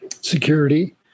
security